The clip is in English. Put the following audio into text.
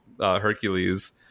hercules